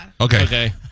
Okay